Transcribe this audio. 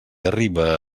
arriba